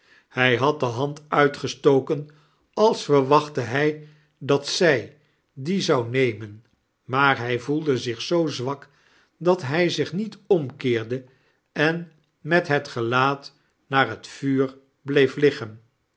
hij had de hand uitgestoken jals verwachtte hij dat zij die zou nemen maar hij voelde zich zoo zwak dat hij zich niet omkeerde en met het gelaat naar het vuur bleef liggen